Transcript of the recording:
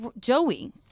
Joey